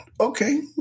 Okay